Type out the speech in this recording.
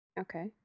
Okay